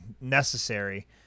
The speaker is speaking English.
necessary